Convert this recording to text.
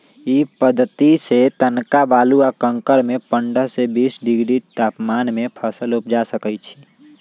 इ पद्धतिसे तनका बालू आ कंकरमें पंडह से बीस डिग्री तापमान में फसल उपजा सकइछि